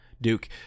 Duke